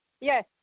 Yes